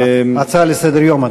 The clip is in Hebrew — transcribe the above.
אדוני, הצעה לסדר-היום.